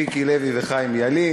מיקי לוי וחיים ילין.